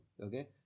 Okay